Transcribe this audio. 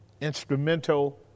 instrumental